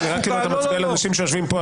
זה נראה כאילו אתה מצביע על אנשים שיושבים פה,